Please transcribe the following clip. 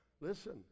Listen